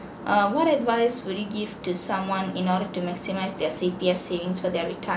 err what advice would you give to someone in order to maximise their C_P_F savings for their retirement